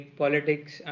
politics